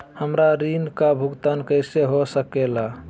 हमरा ऋण का भुगतान कैसे हो सके ला?